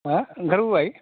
हा ओंखारबोबाय